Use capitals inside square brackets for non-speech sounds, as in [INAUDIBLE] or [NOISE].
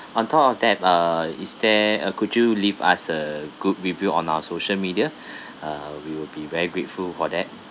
on top of that err is there uh could you leave us a good review on our social media [BREATH] uh we will be very grateful for that